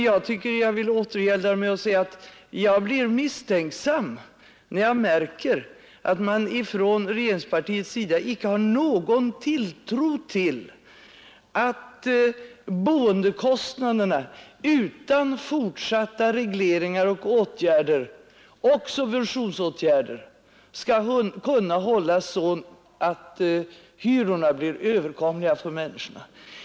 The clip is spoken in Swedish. Jag tycker då att jag vill återgälda med att säga att jag blir misstänksam när jag märker att regeringspartiet icke har någon tilltro till att boendekostnaderna utan fortsatta regleringar och åtgärder — också subventionsåtgä kunna hållas på sådan niva att hyrorna blir överkomliga för människorna.